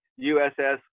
USS